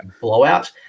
blowout